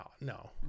No